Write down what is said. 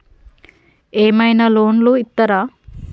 ఏమైనా లోన్లు ఇత్తరా?